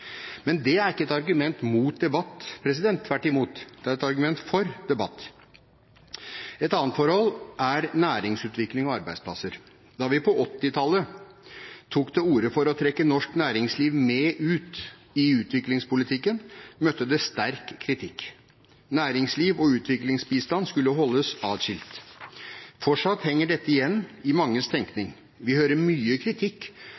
Men det er ikke et argument mot debatt, tvert imot, det er et argument for debatt. Et annet forhold er næringsutvikling og arbeidsplasser. Da vi på 1980-tallet tok til orde for å trekke norsk næringsliv med ut i utviklingspolitikken, møtte det sterk kritikk. Næringsliv og utviklingsbistand skulle holdes atskilt. Fortsatt henger dette igjen i manges tenkning. Vi hører mye kritikk